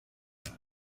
ohio